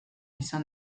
izan